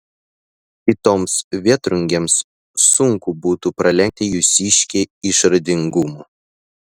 kitoms vėtrungėms sunku būtų pralenkti jūsiškę išradingumu